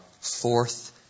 fourth